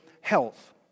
health